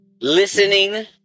Listening